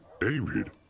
David